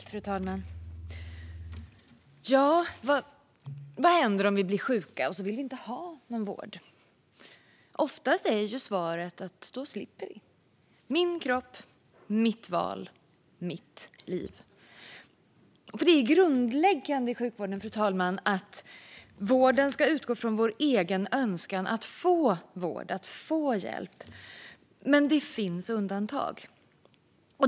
Fru talman! Vad händer om vi blir sjuka och inte vill ha någon vård? Oftast är svaret att vi då slipper det - min kropp, mitt val, mitt liv. Det är grundläggande i sjukvården att vården ska utgå från vår egen önskan att få vård och att få hjälp. Men det finns undantag.